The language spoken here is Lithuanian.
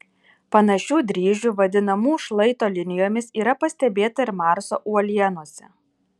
panašių dryžių vadinamų šlaito linijomis yra pastebėta ir marso uolienose